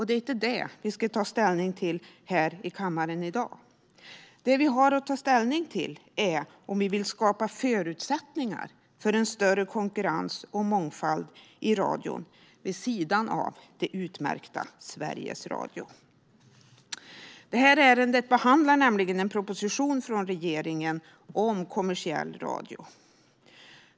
Det är inte det vi ska ta ställning till här i kammaren i dag. Det vi har att ta ställning till är om vi vill skapa förutsättningar för en större konkurrens och mångfald i radion, vid sidan av det utmärkta Sveriges Radio. Detta ärende gäller nämligen en proposition från regeringen om kommersiell radio.